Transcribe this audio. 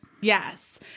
Yes